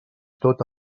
tot